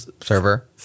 server